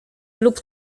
lub